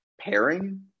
pairing